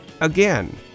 again